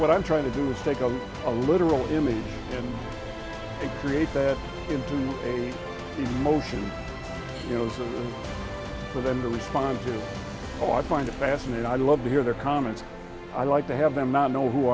what i'm trying to do is take up a literal image and they create that into motion you know zero for them to respond to oh i find it fascinating i love to hear their comments i like to have them not know who